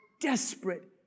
desperate